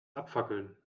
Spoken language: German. abfackeln